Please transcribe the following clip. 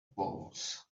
bowls